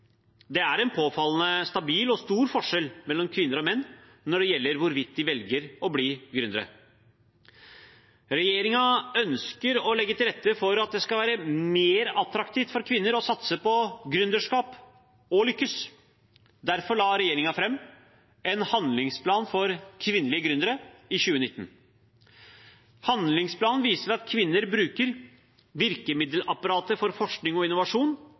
Det er en påfallende stabil og stor forskjell mellom kvinner og menn når det gjelder hvorvidt de velger å bli gründere. Regjeringen ønsker å legge til rette for at det skal være mer attraktivt for kvinner å satse på gründerskap og lykkes. Derfor la regjeringen fram en handlingsplan for kvinnelige gründere i 2019. Handlingsplanen viser at kvinner bruker virkemiddelapparatet for forskning og innovasjon